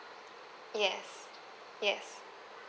yes yes